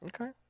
Okay